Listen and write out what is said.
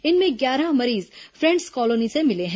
इनमें ग्यारह मरीज फ्रेंडस कॉलोनी से मिले हैं